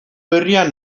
berria